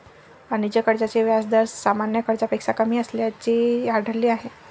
वाणिज्य कर्जाचे व्याज दर सामान्य कर्जापेक्षा कमी असल्याचे आढळले आहे